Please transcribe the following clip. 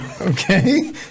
Okay